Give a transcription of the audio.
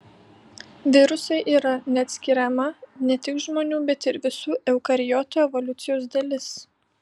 virusai yra neatskiriama ne tik žmonių bet ir visų eukariotų evoliucijos dalis